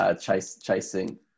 chasing